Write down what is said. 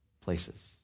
places